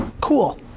Cool